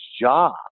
job